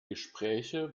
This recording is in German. gespräche